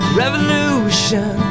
revolution